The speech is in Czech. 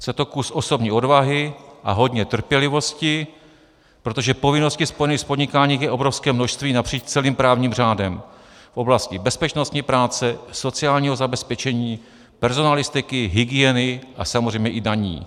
Chce to kus osobní odvahy a hodně trpělivosti, protože povinností spojených s podnikáním je obrovské množství napříč celým právním řádem: v oblasti bezpečnosti práce, sociálního zabezpečení, personalistiky, hygieny a samozřejmě i daní.